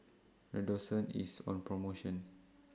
Redoxon IS on promotion